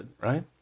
right